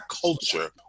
culture